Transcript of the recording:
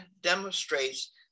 demonstrates